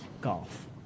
Golf